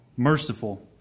merciful